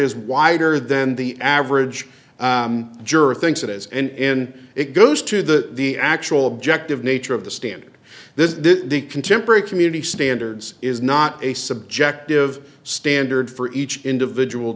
is wider than the average juror thinks it is and it goes to the the actual objective nature of the standard this is the contemporary community standards is not a subjective standard for each individual